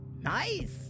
nice